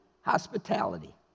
hospitality